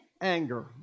anger